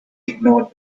ignored